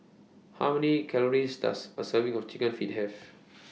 How Many Calories Does A Serving of Chicken Feet Have